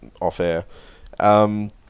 off-air